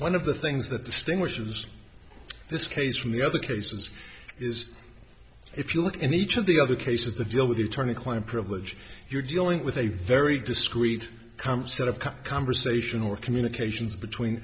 one of the things that distinguishes this case from the other cases is if you look in each of the other cases the deal with the attorney client privilege you're dealing with a very discrete set of conversation or communications between